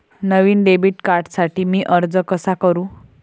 नवीन debit कार्डसाठी मी अर्ज कसा करू?